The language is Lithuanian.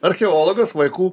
archeologas vaikų